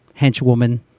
henchwoman